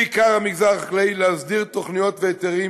בעיקר במגזר החקלאי, להסדיר תוכניות והיתרים,